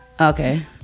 okay